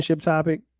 topic